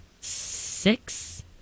six